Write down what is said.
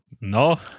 No